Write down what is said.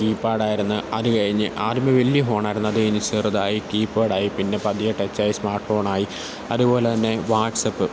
കീപാഡായിരുന്നു അതു കഴിഞ്ഞ് ആദ്യമേ വലിയ ഫോണായിരുന്നു അതെഴിഞ്ഞ് ചെറുതായി കീപാഡായി പിന്നെ പതിയെ ടച്ചായി സ്മാർട്ട് ഫോണായി അതുപോലെതന്നെ വാട്സപ്പ്